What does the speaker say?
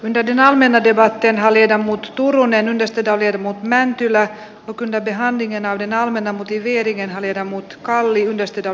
veden alle menetti vaatteen haljeta muut uronen onnistuta viedä mut mäntylän kylät ihan livenä oli valmentanut hyviä liike suomea keskittäviin leikkauksiin